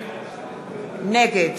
נגד